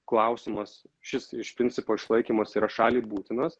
klausimas šis iš principo išlaikymas yra šaliai būtinas